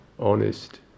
Honest